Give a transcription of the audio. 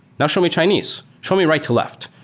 now, show me chinese. show me right to left.